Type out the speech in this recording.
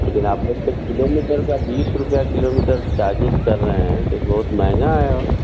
लेकिन आप लोग तो किलोमीटर का बीस रुपया किलो मीटर चार्जेस कर रहे हैं तो बहुत महँगा है